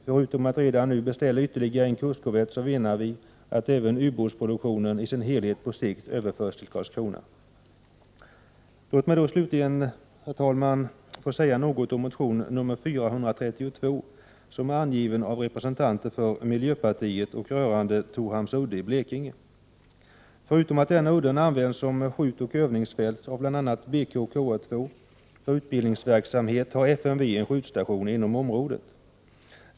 Förutom att redan nu ytterligare en kustkorvett bör beställas menar vi att ubåtsproduktionen i sin helhet på sikt skall överföras till Karlskrona. Låt mig så slutligen, herr talman, säga några ord om motion Fö432, som är avgiven av representanter för miljöpartiet och gäller Torhamns udde i Blekinge. Udden används som skjutoch övningsfält av bl.a. BK/KA2 för utbildningsverksamhet. Dessutom har FMV en skjutstation inom området.